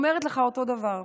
ואני אומרת לך אותו דבר: